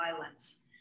violence